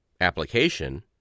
Application